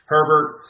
Herbert